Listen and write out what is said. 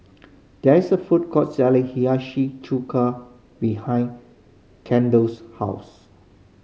there is a food court selling Hiyashi Chuka behind Kendall's house